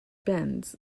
benz